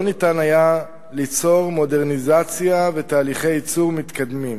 לא ניתן היה ליצור מודרניזציה ותהליכי ייצור מתקדמים,